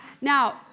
Now